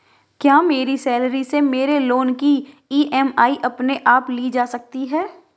क्या मेरी सैलरी से मेरे लोंन की ई.एम.आई अपने आप ली जा सकती है?